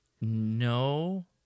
No